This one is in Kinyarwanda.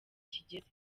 kigeze